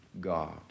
God